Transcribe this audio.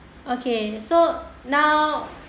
okay so now